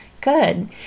Good